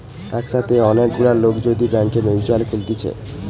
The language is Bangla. একসাথে অনেক গুলা লোক যদি ব্যাংকে মিউচুয়াল খুলতিছে